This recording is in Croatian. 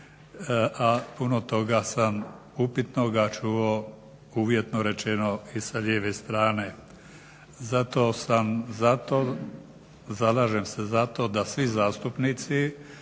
a puno toga sam upitnoga čuo uvjetno rečeno i sa lijeve strane. Zato sam za to, zalažem se za to da svi zastupnici